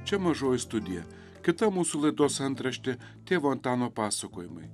čia mažoji studija kita mūsų laidos antraštė tėvo antano pasakojimai